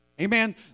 Amen